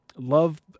love